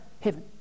heaven